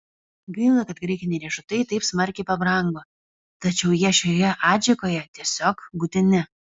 gaila kad graikiniai riešutai taip smarkiai pabrango tačiau jie šioje adžikoje tiesiog būtini